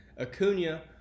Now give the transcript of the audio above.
Acuna